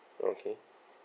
okay